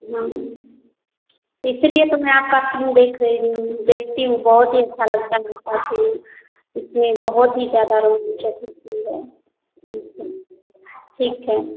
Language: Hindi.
हाँ इसलिए तो मैं आपका फिल्म देख रही हूँ देखती हूँ बहुत ही अच्छा लगता है आपका फिल्म इसमें बहुत ही ज़्यादा लोग है ठीक है